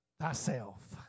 thyself